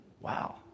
Wow